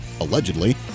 allegedly